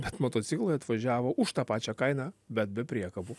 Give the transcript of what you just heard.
bet motociklai atvažiavo už tą pačią kainą bet be priekabų